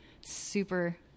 Super